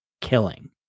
killing